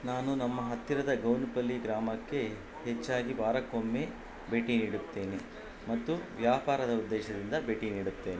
ನಾನು ನಮ್ಮ ಹತ್ತಿರದ ಗೌನುಪಲ್ಲಿ ಗ್ರಾಮಕ್ಕೆ ಹೆಚ್ಚಾಗಿ ವಾರಕ್ಕೊಮ್ಮೆ ಭೇಟಿ ನೀಡುತ್ತೇನೆ ಮತ್ತು ವ್ಯಾಪಾರದ ಉದ್ದೇಶದಿಂದ ಭೇಟಿ ನೀಡುತ್ತೇನೆ